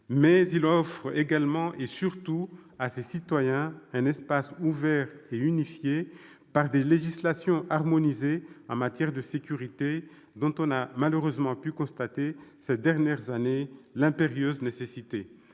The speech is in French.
il offre à ses citoyens un espace ouvert et unifié par des législations harmonisées en matière de sécurité, dont on a malheureusement pu constater ces dernières années l'impérieuse nécessité.